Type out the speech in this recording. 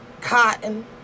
cotton